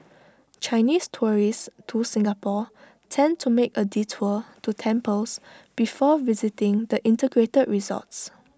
Chinese tourists to Singapore tend to make A detour to temples before visiting the integrated resorts